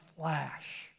flash